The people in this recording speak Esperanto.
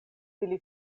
ili